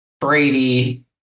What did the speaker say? Brady